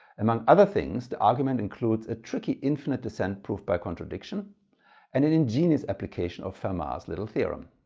among other things, the argument includes a tricky infinite descent proof by contradiction and an ingenious application of fermat's little theorem,